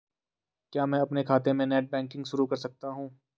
क्या मैं अपने खाते में नेट बैंकिंग शुरू कर सकता हूँ?